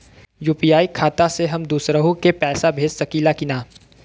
UPI खाता से हम दुसरहु के पैसा भेज सकीला की ना?